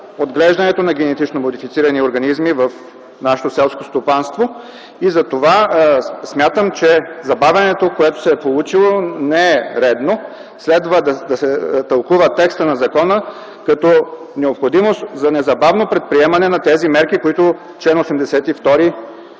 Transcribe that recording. отглеждането на генетично модифицирани организми в нашето селско стопанство и затова смятам, че забавянето, което се е получило, не е редно. Следва да се тълкува текстът на закона като необходимост за незабавно предприемане на тези мерки, които чл. 82